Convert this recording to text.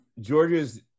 Georgia's